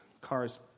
Cars